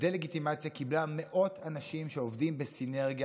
הדה-לגיטימציה קיבלה מאות אנשים שעובדים בסינרגיה